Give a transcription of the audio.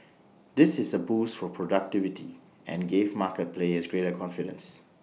this is A boost for productivity and gave market players greater confidence